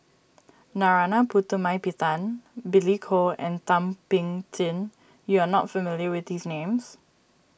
Narana Putumaippittan Billy Koh and Thum Ping Tjin you are not familiar with these names